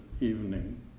evening